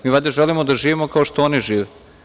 Mi valjda želimo da živimo kao što oni žive.